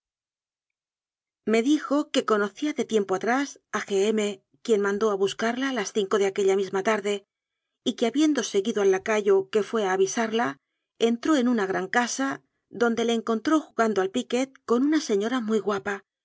me dijo que conocía de tiempo atrás a g m quien mandó a buscarla a las cinco de aque lla misma tarde y que habiendo seguido al lacayo que fué a avisarla entró en una gran casa donde le encontró jugando al piquet con una señora muy guapa